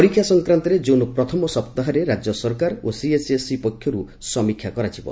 ପରୀକ୍ଷା ସଂକ୍ରାନ୍ତରେ ଜୁନ୍ ପ୍ରଥମ ସପ୍ତାହରେ ରାକ୍ୟସରକାର ଓ ସିଏଚ୍ଏସ୍ଇ ପକ୍ଷରୁ ସମୀକ୍ଷା କରାଯିବ